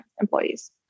employees